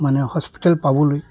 মানে হস্পিটেল পাবলৈ